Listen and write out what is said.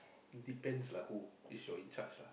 depends lah who is your in charge lah